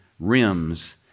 rims